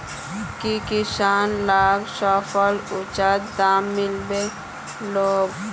की किसान लाक फसलेर उचित दाम मिलबे लगे?